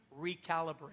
recalibrate